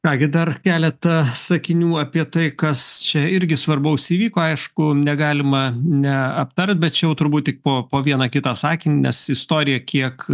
ką gi dar keletą sakinių apie tai kas čia irgi svarbaus įvyko aišku negalima neaptart bet čia jau turbūt tik po po vieną kitą sakinį nes istorija kiek